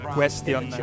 Question